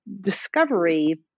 discovery